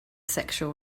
sexual